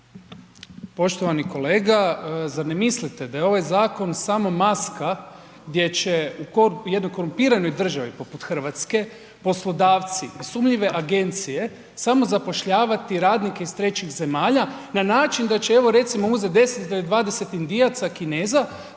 Poštovani kolega, zar ne mislite da je ovaj zakon samo maska gdje će u jednoj korumpiranoj državi poput Hrvatske, poslodavci, sumnjive agencije samo zapošljavati radnike iz trećih zemalja na način da će evo recimo uzeti 10 ili 20 Indijaca, Kineza,